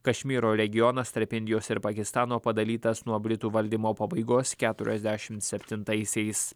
kašmyro regionas tarp indijos ir pakistano padalytas nuo britų valdymo pabaigos keturiasdešimt septintaisiais